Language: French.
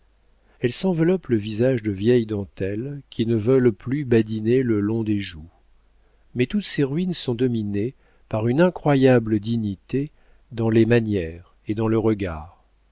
elles s'enveloppent le visage de vieilles dentelles qui ne veulent plus badiner le long des joues mais toutes ces ruines sont dominées par une incroyable dignité dans les manières et dans le regard